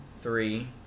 three